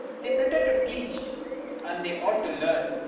they pretend to teach and they ought to learn.